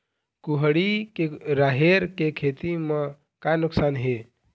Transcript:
कुहड़ी के राहेर के खेती म का नुकसान हे?